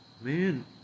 Man